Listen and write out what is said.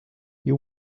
you